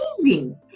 amazing